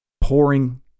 pouring